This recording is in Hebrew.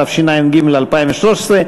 התשע"ג 2013,